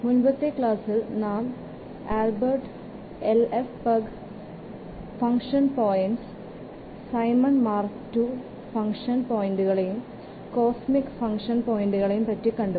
മുൻപത്തെ ക്ലാസ്സിൽ നാം ആൽബ്രച്ച് LFPUG ഫങ്ക്ഷൻ പോയിന്റുകളെയും സൈമൺസ് മാർക്ക് II ഫങ്ക്ഷൻ പോയിന്റുകളെയും കോസ്മിക് ഫങ്ക്ഷൻ പോയിന്റുകളെയും പറ്റി കണ്ടു